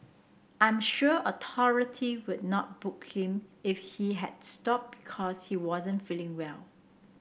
I am sure authority would not book him if he had stop because he wasn't feeling well